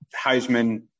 Heisman